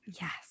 Yes